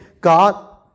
God